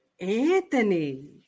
Anthony